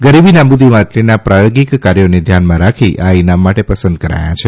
ગરીબી નાબૂદી માટેના પ્રથોગિક કાર્યોને ધ્યાનમાં રાખીને આ ઈનામ માટે પસંદ કરાથા છે